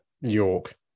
York